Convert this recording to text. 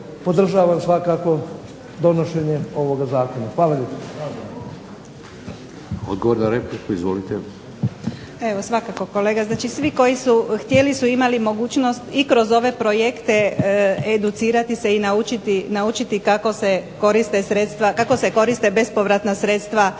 podržavam svakako donošenje ovog zakona. Hvala lijepo.